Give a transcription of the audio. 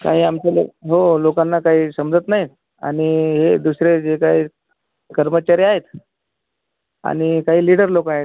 काय आमच्या हो लोकांना काही समजत नाही आणि हे दुसरे जे काही कर्मचारी आहेत आणि काही लीडर लोक आहेत